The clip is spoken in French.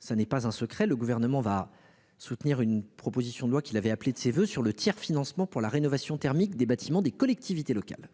ce n'est pas un secret, le Gouvernement va soutenir une proposition de loi, qu'il avait appelée de ses voeux, sur le tiers financement pour la rénovation thermique des bâtiments des collectivités locales.